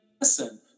listen